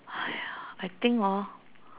!haiya! I think hor